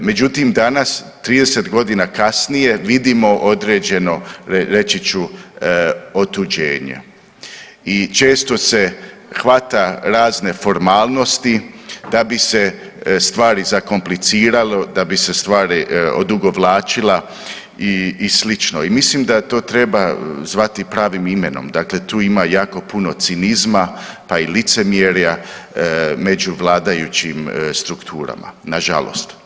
Međutim, danas 30.g. kasnije vidimo određeno reći ću otuđenje i često se hvata razne formalnosti da bi se stvari zakompliciralo, da bi se stvari odugovlačila i slično i mislim da to treba zvati pravim imenom, dakle tu ima jako puno cinizma, pa i licemjerja među vladajućim strukturama, nažalost.